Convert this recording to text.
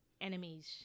enemies